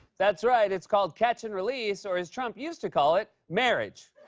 that's right. it's called catch and release. or as trump used to call it, marriage.